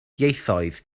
ieithoedd